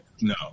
no